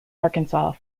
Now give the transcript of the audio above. arkansas